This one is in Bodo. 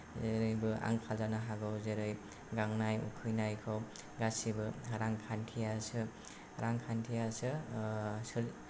जेरबो आंखाल जाजोबनो हागौ जेरै गांनाय उखैनायखौ गासैबो रांखान्थियासो रांखान्थियासो सो